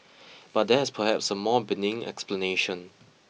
but there is perhaps a more benign explanation